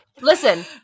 listen